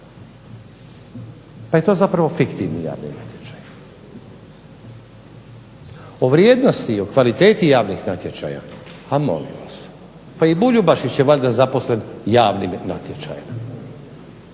Pa je to zapravo fiktivni javni natječaj. O vrijednosti javnih natječaja, pa molim vas, i Buljubašić je valjda zaposlen javnim natječajem,